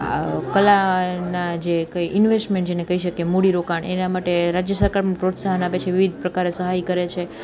આ કલાના જે કઈ ઇન્વેસ્ટમેન્ટ જેને કહી શકીએ મૂડી રોકાણ એના માટે રાજયનું પ્રોત્સાહન આપે છે વિવિધ પ્રકારે સહાય છે કરે છે